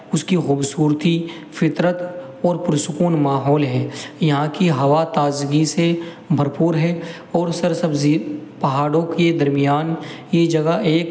اس کی خوبصورتی فطرت اور پرسکون ماحول ہے یہاں کی ہوا تازگی سے بھرپور ہے اور سرسبزی پہاڑوں کے درمیان یہ جگہ ایک